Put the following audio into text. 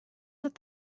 that